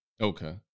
Okay